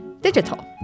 digital